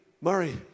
Murray